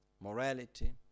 morality